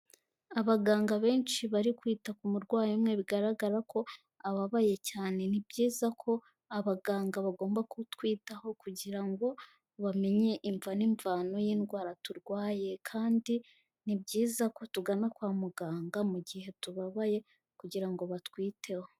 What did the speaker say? Abaganga benshi bari kwita ku murwayi umwe, bigaragara ko ababaye cyane. Ni byiza ko abaganga bagomba kutwitaho, kugira ngo bamenye imva n'imvano y'indwara turwaye. Kandi ni byiza ko tugana kwa muganga mu gihe tubabaye kugira ngo batwiteho.